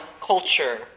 culture